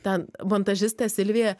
ten montažistė silvija